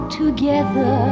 together